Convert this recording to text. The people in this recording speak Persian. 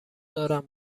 دارم